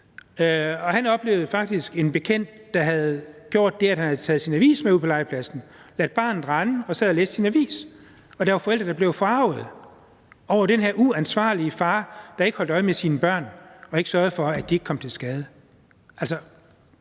der havde gjort det, at han havde taget sin avis med ud på legepladsen, ladet barnet rende og havde siddet og læst sin avis. Og der var forældre, der blev forargede over den her uansvarlige far, der ikke holdt øje med sit barn og ikke sørgede for, at det ikke kom til skade.